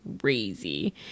crazy